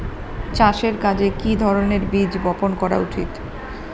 চাষের কাজে কি ধরনের বীজ বপন করা উচিৎ?